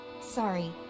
Sorry